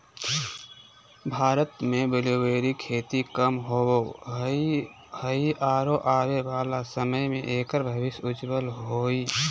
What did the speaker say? भारत में ब्लूबेरी के खेती कम होवअ हई आरो आबे वाला समय में एकर भविष्य उज्ज्वल हई